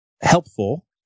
helpful